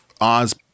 Oz